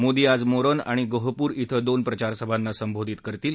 मोदी आज मोरन आणि गोहपूर शें दोन प्रचारसभांना संबोधित करतील